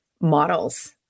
models